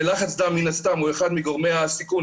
ולחץ דם מן הסתם הוא אחד מגורמי הסיכון